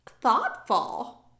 thoughtful